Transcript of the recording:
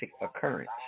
occurrence